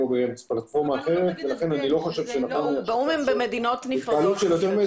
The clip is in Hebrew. התקהלות של 20 אנשים.